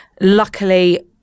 luckily